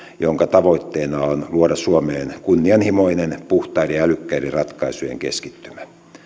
jonka tavoitteena on luoda suomeen kunnianhimoinen puhtaiden ja älykkäiden ratkaisujen keskittymä